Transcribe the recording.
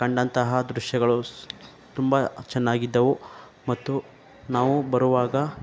ಕಂಡಂತಹ ದೃಶ್ಯಗಳು ತುಂಬ ಚೆನ್ನಾಗಿದ್ದವು ಮತ್ತು ನಾವು ಬರುವಾಗ